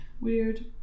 Weird